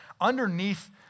Underneath